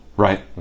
Right